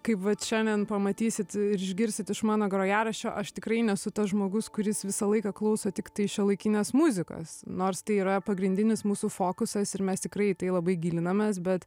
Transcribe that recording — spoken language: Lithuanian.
kaip vat šiandien pamatysit ir išgirsit iš mano grojaraščio aš tikrai nesu tas žmogus kuris visą laiką klauso tiktai šiuolaikinės muzikos nors tai yra pagrindinis mūsų fokusas ir mes tikrai į tai labai gilinamės bet